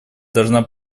должна